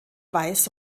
weiß